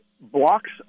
blocks